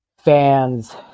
Fans